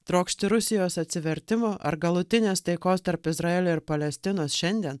trokšti rusijos atsivertimo ar galutinės taikos tarp izraelio ir palestinos šiandien